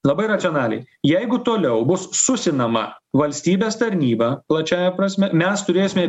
labai racionaliai jeigu toliau bus susinama valstybės tarnyba plačiąja prasme mes turėsime